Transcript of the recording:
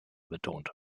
betont